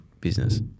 business